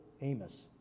Amos